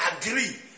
agree